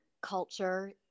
culture